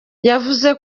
yavuze